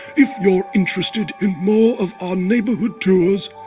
if you're interested in more of our neighborhood tours,